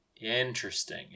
Interesting